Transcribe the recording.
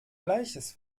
gleiches